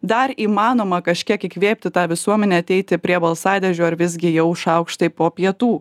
dar įmanoma kažkiek įkvėpti tą visuomenę ateiti prie balsadėžių ar visgi jau šaukštai po pietų